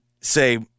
say –